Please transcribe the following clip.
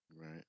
Right